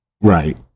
right